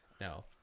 No